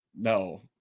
no